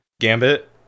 Gambit